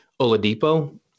Oladipo